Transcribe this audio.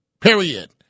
period